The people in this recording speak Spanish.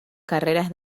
carreras